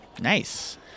Nice